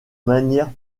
manière